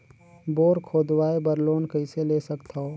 Bore खोदवाय बर loan कइसे ले सकथव?